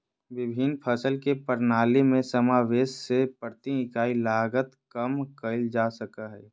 विभिन्न फसल के प्रणाली में समावेष से प्रति इकाई लागत कम कइल जा सकय हइ